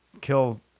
kill